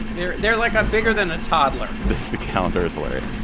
they're they're like, i'm bigger than a toddler the counter is hilarious,